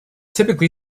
typically